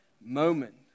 moment